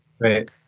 Right